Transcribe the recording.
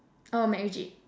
oh macritchie